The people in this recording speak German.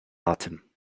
atem